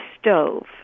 stove